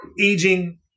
aging